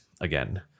again